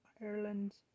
Ireland